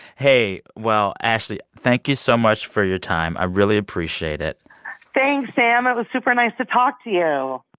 hey, well, ashley, thank you so much for your time. i really appreciate it thanks, sam. it was super nice to talk to you